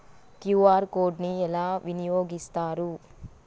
QR code ని ఎలా వినియోగిస్తారు?